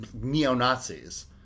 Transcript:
neo-Nazis